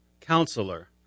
Counselor